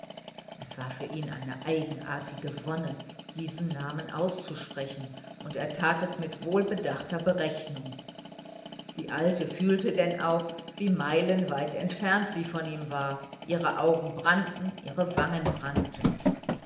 es war für ihn eine eigenartige wonne diesen namen auszusprechen und er tat es mit wohlbedachter berechnung die alte fühlte denn auch wie meilenweit entfernt sie von ihm war ihre augen brannten ihre wangen brannten